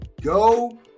go